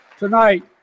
Tonight